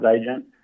agent